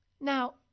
Now